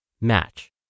match